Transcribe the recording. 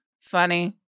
funny